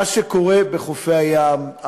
מה שקורה בחופי הים,